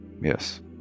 Yes